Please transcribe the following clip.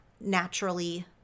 naturally